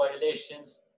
violations